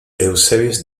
eusebius